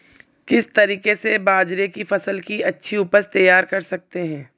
किस तरीके से बाजरे की फसल की अच्छी उपज तैयार कर सकते हैं?